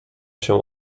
się